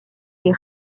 est